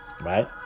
right